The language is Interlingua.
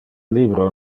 libro